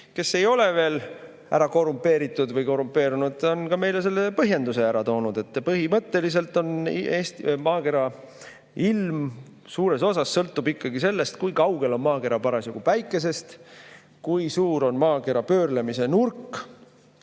kes ei ole veel ära korrumpeeritud või korrumpeerunud, on meile ka põhjenduse ära toonud. Põhimõtteliselt maakera ilm suures osas sõltub ikkagi sellest, kui kaugel on maakera parasjagu päikesest, kui suur on maakera pöörlemise nurk,